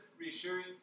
reassuring